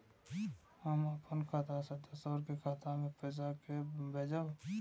हम अपन खाता से दोसर के खाता मे पैसा के भेजब?